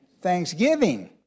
thanksgiving